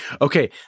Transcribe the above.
Okay